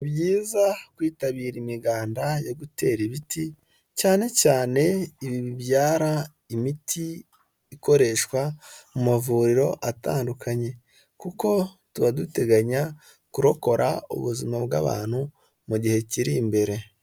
Ni byiza kwitabira imiganda yo gutera ibiti cyane cyane ibi bibyara imiti ikoreshwa mu mavuriro atandukanye kuko tuba duteganya kurokora ubuzima bw'abantu mu gihe kiri imbere.